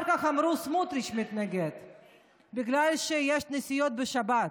אחר כך אמרו: סמוטריץ' מתנגד בגלל שיש נסיעות בשבת.